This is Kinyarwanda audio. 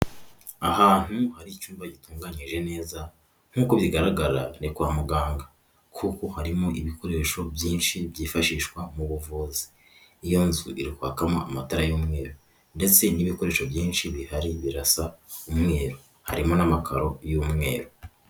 Ahantu hari icyumba gitunganyije neza, nk'uko bigaragara ni kwa muganga, kuko harimo ibikoresho byinshi byifashishwa mu buvuzi, iyo nzu iri kwakamo amatara y'umweru ndetse n'ibikoresho byinshi bihari birasa umweru, harimo n'amakaro y'umweru.